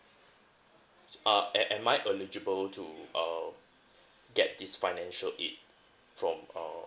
so uh am am I eligible to uh get this financial aid from uh M_O_E